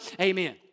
Amen